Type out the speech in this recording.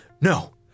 no